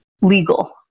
legal